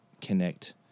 connect